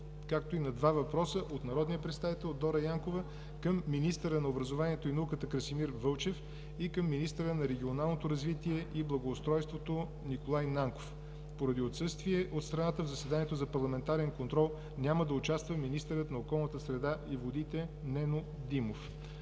Петков; - два въпроса от народния представител Дора Янкова към министъра на образованието и науката Красимир Вълчев; и към министъра на регионалното развитие и благоустройството Николай Нанков. Поради отсъствие от страната, в заседанието за парламентарен контрол няма да участва министърът на околната среда и водите Нено Димов.